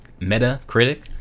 Metacritic